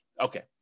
okay